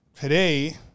today